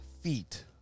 feet